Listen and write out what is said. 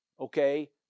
okay